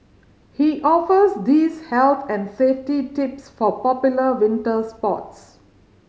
he offers these health and safety tips for popular winter sports